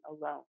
alone